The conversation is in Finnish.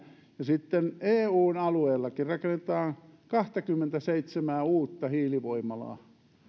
ja eun alueellakin rakennetaan kahtakymmentäseitsemää uutta hiilivoimalaa